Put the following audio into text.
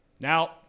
Now